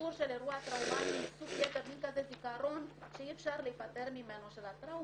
שחזור של אירוע טראומטי --- זיכרון שאי אפשר להפטר מ מנו של הטראומה,